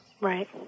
Right